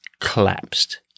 collapsed